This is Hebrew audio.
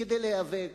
כדי להיאבק,